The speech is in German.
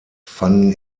fanden